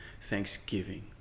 thanksgiving